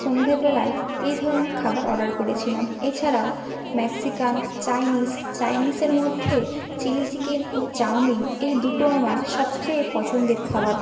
সন্ধেবেলায় এই ধরনের খাবার অর্ডার করেছিলাম এছাড়াও ম্যাক্সিকান চাইনিস চাইনিসের মধ্যে চিলি চিকেন ও চাউমিন এই দুটো আমার সবচেয়ে পছন্দের খাবার